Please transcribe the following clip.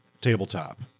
tabletop